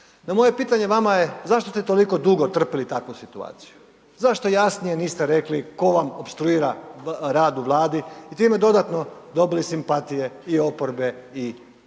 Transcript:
No, moje pitanje vama je zašto ste toliko dugo trpili takvu situaciju. Zašto jasnije niste rekli tko vam opstruira rad u Vladi i time dodatno dobili simpatije i oporbe i građana